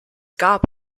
gab